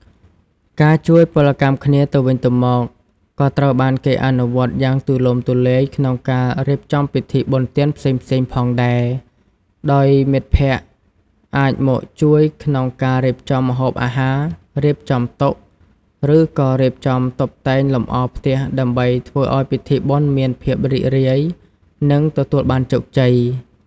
ការជួយពលកម្មគ្នាទៅវិញទៅមកក៏ត្រូវបានគេអនុវត្តយ៉ាងទូលំទូលាយក្នុងការរៀបចំពិធីបុណ្យទានផ្សេងៗផងដែរ ដោយមិត្តភក្តិអាចមកជួយក្នុងការរៀបចំម្ហូបអាហារ រៀបចំតុ ឬក៏រៀបចំតុបតែងលម្អផ្ទះដើម្បីធ្វើឱ្យពិធីបុណ្យមានភាពរីករាយនិងទទួលបានជោគជ័យ។